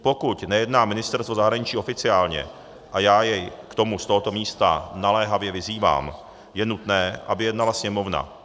Pokud nejedná ministerstvo zahraničí oficiálně a já je k tomu z tohoto místa naléhavě vyzývám je nutné, aby jednala Sněmovna.